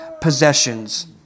possessions